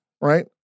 right